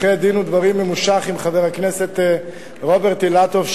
אחרי דין ודברים ממושך עם חבר הכנסת רוברט אילטוב,